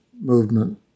movement